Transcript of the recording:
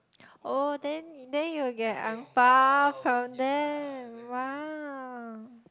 oh then then you'll get ang bao from them !wow!